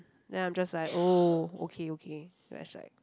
then I'm just like oh okay okay